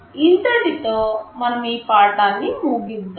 ఇంతటితో మనము ఈ పాఠాన్ని ముగిద్దాం